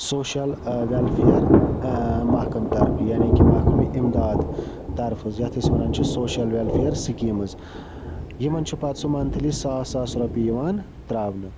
social welfare محکم طرفہٕ یعنی کہِ محکَمہِ اِمداد طرفٕز یَتھ أسۍ وَنان چھِ سوشَل وٮ۪لفِیَر سِکیٖمٕز یِمَن چھُ پَتہٕ سُہ مَنتھٕلی ساس ساس رۄپیہِ یِوان ترٛاونہٕ